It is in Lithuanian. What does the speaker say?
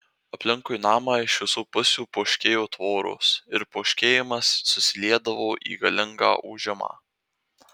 aplinkui namą iš visų pusių poškėjo tvoros ir poškėjimas susiliedavo į galingą ūžimą